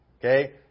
Okay